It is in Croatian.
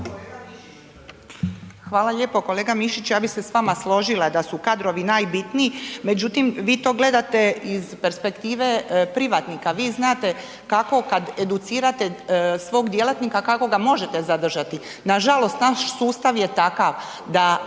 Hvala lijepo. Kolega Mišić, ja bi se s vama složila da su kadrovi najbitniji, međutim, vi to gledate iz perspektive privatnika, vi znate kako kad educirate svog djelatnika, kako ga možete zadržati, nažalost, naš sustav je takav